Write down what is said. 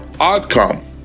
outcome